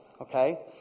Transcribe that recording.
Okay